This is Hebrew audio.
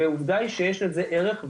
והעובדה היא שיש לזה ערך,